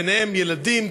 ובהם ילדים,